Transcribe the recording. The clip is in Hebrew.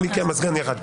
והכסף לא יופקד.